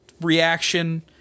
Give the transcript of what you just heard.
reaction